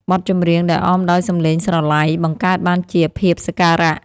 បទចម្រៀងដែលអមដោយសំឡេងស្រឡៃ បង្កើតបានជាភាពសក្ការៈ។